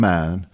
Man